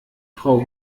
frau